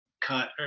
cut